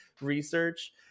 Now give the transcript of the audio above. research